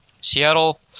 Seattle